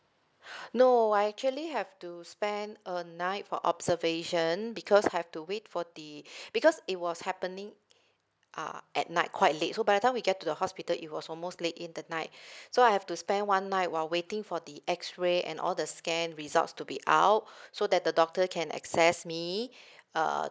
no I actually have to spend a night for observation because I have to wait for the because it was happening uh at night quite late so by the time we get to the hospital it was almost late in the night so I have to spend one night while waiting for the X ray and all the scan results to be out so that the doctor can access me err